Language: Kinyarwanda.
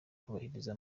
kubahiriza